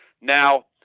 now